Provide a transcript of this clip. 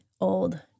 old